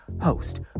host